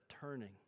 turning